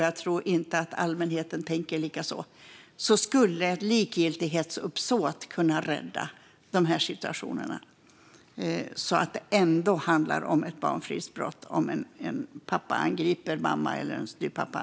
Jag tror att ett likgiltighetsuppsåt skulle kunna rädda i dessa situationer så att det ändå handlar om ett barnfridsbrott om en pappa eller styvpappa angriper mamma medan barnen finns i hemmet.